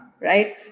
right